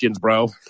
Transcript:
bro